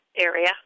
area